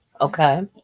Okay